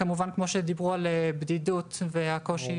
כמובן כמו שדיברו על הבדידות ועל הקושי